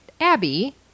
Abby